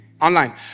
online